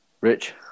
Rich